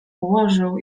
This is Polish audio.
położył